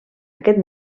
aquest